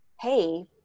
Hey